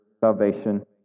salvation